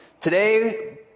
Today